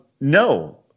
no